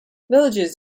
villages